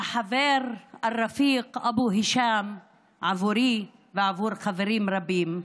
והחבר רפיק אבו הישאם עבורי ועבור חברים רבים,